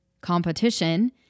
competition